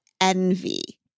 envy